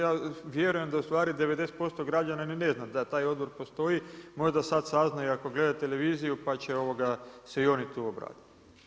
Ja vjerujem da ustvari 90% građana ni ne zna da taj odbor postoji, možda sad saznaju ako gledaju televiziju, pa će onda se i oni tu obratiti.